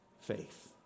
faith